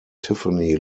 tiffany